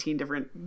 different